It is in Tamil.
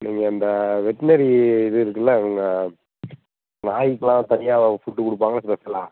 நீங்கள் அந்த வெட்னரி இது இருக்குல்ல நான் நாய்க்குலாம் தனியாக ஃபுட்டு கொடுப்பாங்கள்ல சில இடத்துல